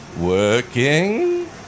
Working